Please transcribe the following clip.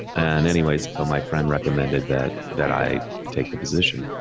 and anyways, so my friend recommended that, that i take the position.